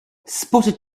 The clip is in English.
spotted